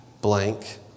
blank